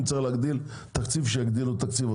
אם צריך להגדיל תקציב, שיגדילו תקציב.